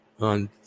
on